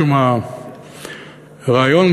משום הרעיון,